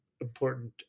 important